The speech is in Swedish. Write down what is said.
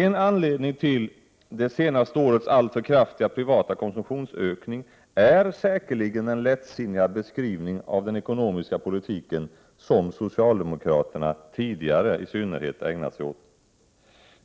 En anledning till det senaste årets alltför kraftiga privata konsumtionsökning är säkerligen den lättsinniga beskrivning av den ekonomiska politiken som socialdemokraterna i synnerhet tidigare ägnat sig åt.